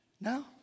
No